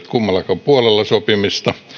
kummallakaan puolella sopimista